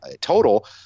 total